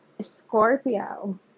Scorpio